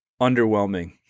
underwhelming